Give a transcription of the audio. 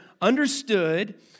understood